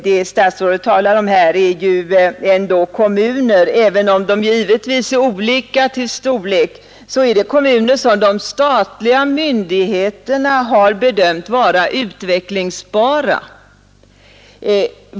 Det statsrådet talar om här är ju kommuner, som även om de är olika stora, ändå är kommuner som de statliga myndigheterna har bedömt vara utvecklingsbara.